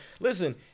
Listen